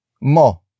mo